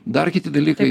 dar kiti dalykai